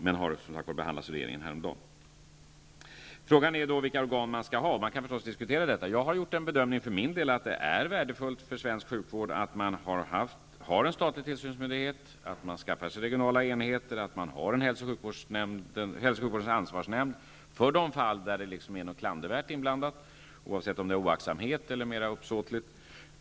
Det behandlades av regeringen häromdagen. Frågan är vilka organ man skall ha. Man kan diskutera det. Jag har för min del gjort bedömningen att det är värdefullt för svensk sjukvård att vi har en statlig tillsynsmyndighet, att man inrättar regionala enheter och att det finns en hälso och sjukvårdens ansvarsnämnd för de fall där det förekommit något klandervärt, oavsett om det är av oaktsamhet eller uppsåtligt.